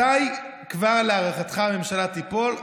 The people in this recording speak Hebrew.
מתי כבר להערכתך הממשלה תיפול?